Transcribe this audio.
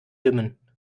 dimmen